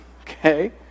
Okay